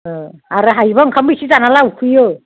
अ आरो हायोबा ओंखामबो इसे जाना ला उखैयो